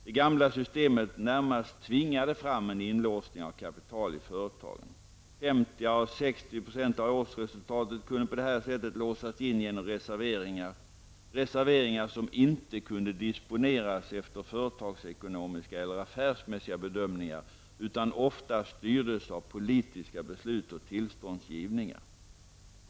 Det gamla systemet närmast tvingade fram en inlåsning av kapital i företagen. 50 à 60 % av årsresultatet kunde på detta sätt låsas in genom reserveringar, reserveringar som inte kunde disponeras efter företagsekonomiska eller affärsmässiga bedömningar utan oftast styrdes av politiska beslut och tillståndsgivningar.